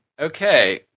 okay